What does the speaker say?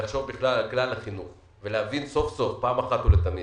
לחשוב בכלל על כלל החינוך ולהבין סוף סוף פעם אחת ולתמיד,